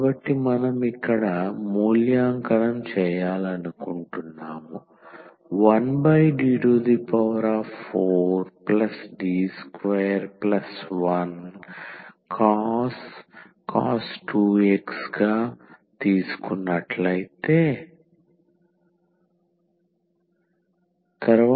కాబట్టి మనం ఇక్కడ మూల్యాంకనం చేయాలనుకుంటున్నాము 1D4D21cos 2x